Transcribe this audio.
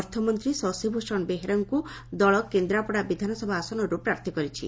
ଅର୍ଥମନ୍ତୀ ଶଶୀଭ୍ଷଣ ବେହେରାଙ୍କ ଦଳ କେନ୍ଦାପଡ଼ା ବିଧାନସଭା ଆସନର୍ ପ୍ରାର୍ଥୀ କରିଛି